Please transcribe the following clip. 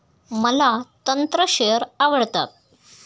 मला तंत्र शेअर आवडतात